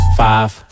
five